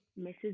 Mrs